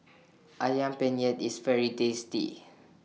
Ayam Penyet IS very tasty